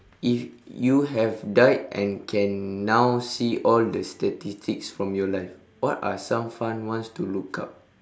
if you have died and can now see all the statistics from your life what are some fun ones to look up